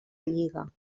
lliga